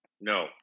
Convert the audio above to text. No